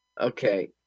Okay